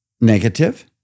negative